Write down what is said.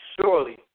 surely